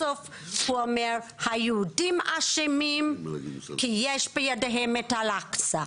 בסוף הוא אמר: היהודים אשמים, כי בידיהם אל-אקצא,